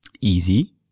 easy